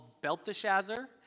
Belteshazzar